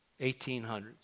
1800s